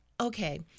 okay